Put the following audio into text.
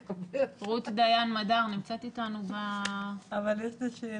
רוב האוכלוסייה המבוגרת בארץ בעצם נמצאת בבית ובקהילה וטוב